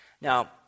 Now